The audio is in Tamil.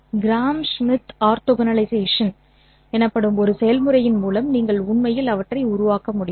கிராம் ஷ்மிட் ஆர்த்தோகோனலைசேஷன் எனப்படும் ஒரு செயல்முறையின் மூலம் நீங்கள் உண்மையில் அவற்றை உருவாக்க முடியும்